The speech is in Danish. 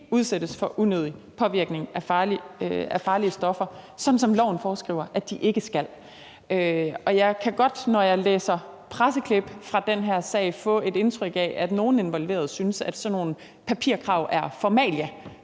udsættes for unødig påvirkning af farlige stoffer, sådan som loven foreskriver at de ikke skal. Jeg kan godt, når jeg læser presseklip fra den her sag, få et indtryk af, at nogle involverede synes, at sådan nogle papirkrav er formalia,